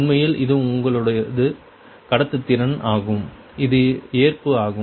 உண்மையில் இது உங்களது கடத்துத்திறன் ஆகும் இது ஏற்பு ஆகும்